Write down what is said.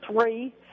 three